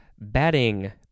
batting